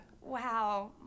Wow